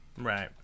Right